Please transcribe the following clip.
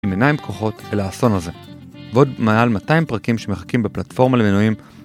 עם עיניים פקוחות אל האסון הזה, ועוד מעל 200 פרקים שמחכים בפלטפורמה למינויים